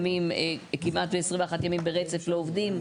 שכמעט ו-21 ימים ברצף לא עובדים,